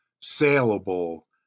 saleable